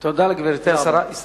תודה לגברתי השרה.